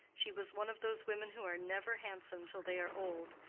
she was one of those women who are never handsome till they are old,